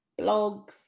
Blogs